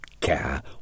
care